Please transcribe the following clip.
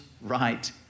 right